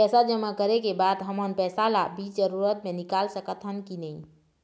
पैसा जमा करे के बाद हमन पैसा ला बीच जरूरत मे निकाल सकत हन की नहीं?